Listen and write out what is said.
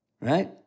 right